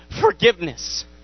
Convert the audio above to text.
forgiveness